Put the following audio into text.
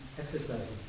exercises